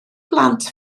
blant